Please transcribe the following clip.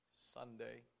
Sunday